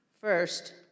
first